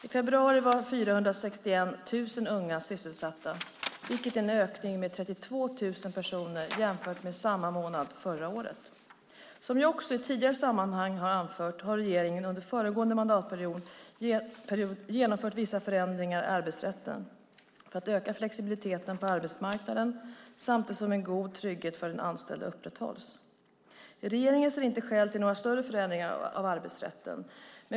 I februari var 461 000 unga sysselsatta, vilket är en ökning med 32 000 personer jämfört med samma månad förra året. Som jag också i tidigare sammanhang har anfört har regeringen under föregående mandatperiod genomfört vissa förändringar i arbetsrätten för att öka flexibiliteten på arbetsmarknaden samtidigt som en god trygghet för den anställde upprätthålls. Regeringen ser inte skäl till några större förändringar av arbetsrätten.